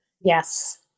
Yes